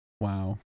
Wow